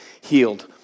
healed